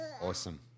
Awesome